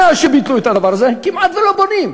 מאז ביטלו את הדבר הזה כמעט שלא בונים.